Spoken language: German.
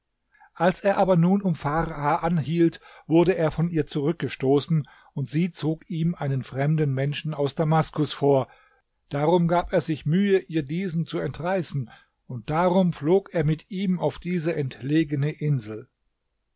als er aber nun um farha anhielt wurde er von ihr zurückgestoßen und sie zog ihm einen fremden menschen aus damaskus vor darum gab er sich mühe ihr diesen zu entreißen und darum flog er mit ihm auf diese entlegene insel